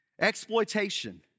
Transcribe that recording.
Exploitation